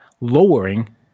lowering